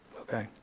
Okay